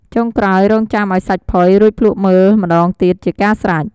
ចុងក្រោយរង់ចាំឱ្យសាច់ផុយ រួចភ្លក្សមើលម្តងទៀតជាការស្រេច។